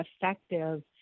effective